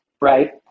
Right